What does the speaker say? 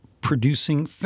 producing